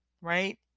right